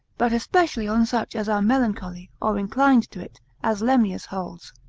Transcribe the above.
but especially on such as are melancholy, or inclined to it, as lemnius holds,